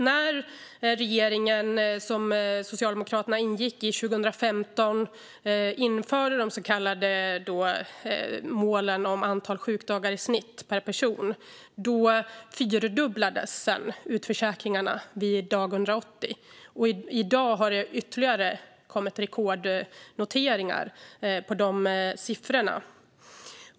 När regeringen som Socialdemokraterna ingick i 2015 införde de så kallade målen om antal sjukdagar i snitt per person fyrdubblades utförsäkringarna vid dag 180, och i dag har det kommit ytterligare rekordnoteringar för dessa siffror.